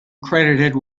credited